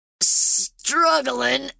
struggling